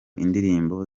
indirimbo